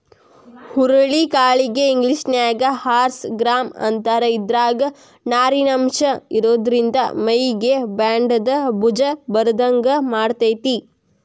ಹುರುಳಿ ಕಾಳಿಗೆ ಇಂಗ್ಲೇಷನ್ಯಾಗ ಹಾರ್ಸ್ ಗ್ರಾಂ ಅಂತಾರ, ಇದ್ರಾಗ ನಾರಿನಂಶ ಇರೋದ್ರಿಂದ ಮೈಗೆ ಬ್ಯಾಡಾದ ಬೊಜ್ಜ ಬರದಂಗ ಮಾಡ್ತೆತಿ